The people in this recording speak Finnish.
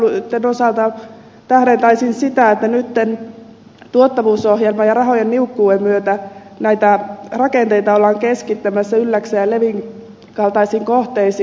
luontopalveluiden osalta tähdentäisin sitä että nyt tuottavuusohjelman ja rahojen niukkuuden myötä näitä rakenteita ollaan keskittämässä ylläksen ja levin kaltaisiin kohteisiin